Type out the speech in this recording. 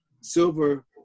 Silver